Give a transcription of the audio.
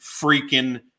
freaking